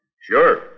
Sure